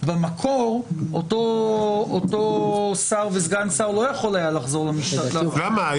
במקור אותו שר וסגן שר לא היו יכולים לחזור --- למה?